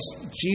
Jesus